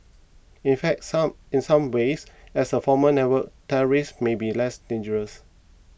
in fact some in some ways as a formal network terrorists may be less dangerous